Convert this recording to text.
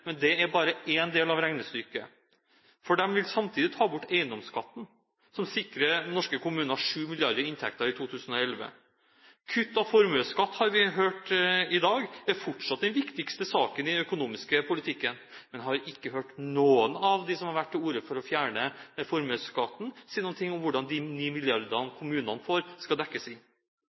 Men det er bare én del av regnestykket, for de vil samtidig ta bort eiendomsskatten, som sikrer norske kommuner 7 mrd. kr i inntekter i 2011. Kutt i formuesskatt, har vi hørt i dag, er fortsatt den viktigste saken i den økonomiske politikken, men vi har ikke hørt noen av dem som har tatt til orde for å fjerne formuesskatten, si noe om hvordan de 9 mrd. kr kommunene får, skal dekkes inn.